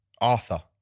Arthur